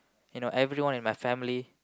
you know everyone in my family